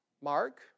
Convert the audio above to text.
Mark